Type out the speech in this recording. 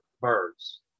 birds